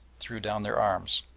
threw down their arms.